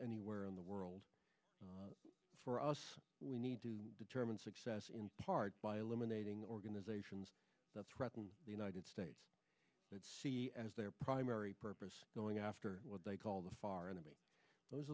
anywhere in the world for us we need to determine success in part by eliminating organizations that's right in the united states that see as their primary purpose going after what they call the far enemy those